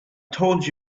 told